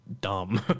dumb